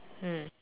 mm